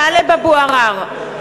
(קוראת בשמות חברי הכנסת) טלב אבו עראר,